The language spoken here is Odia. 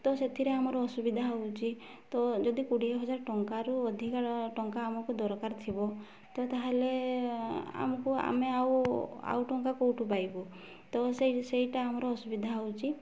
ତ ସେଥିରେ ଆମର ଅସୁବିଧା ହେଉଛି ତ ଯଦି କୋଡ଼ିଏ ହଜାର ଟଙ୍କାରୁ ଅଧିକା ଟଙ୍କା ଆମକୁ ଦରକାର ଥିବ ତ ତା'ହେଲେ ଆମକୁ ଆମେ ଆଉ ଆଉ ଟଙ୍କା କେଉଁଠୁ ପାଇବୁ ତ ସେଇଟା ଆମର ଅସୁବିଧା ହେଉଛି